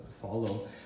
follow